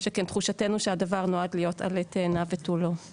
שכן תחושתנו שהדבר נועד להיות עלה תאנה ותו לא.